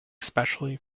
especially